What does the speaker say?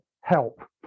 help